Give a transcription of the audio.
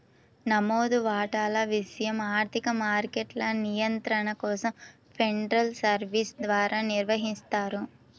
నమోదు వాటాల విషయం ఆర్థిక మార్కెట్ల నియంత్రణ కోసం ఫెడరల్ సర్వీస్ ద్వారా నిర్వహిస్తారు